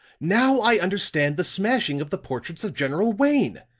now i understand the smashing of the portraits of general wayne.